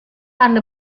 anda